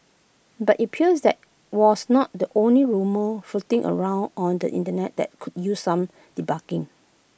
but IT appears that was not the only rumour floating around on the Internet that could use some debunking